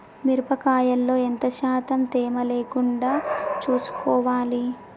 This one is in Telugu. మిరప కాయల్లో ఎంత శాతం తేమ లేకుండా చూసుకోవాలి?